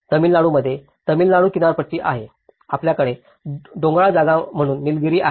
तमिळनाडूमध्ये तमिळनाडू किनारपट्टी आहे आपल्याकडे डोंगराळ जागा म्हणून नीलगिरी आहे